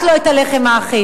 רק לא את מחיר הלחם האחיד,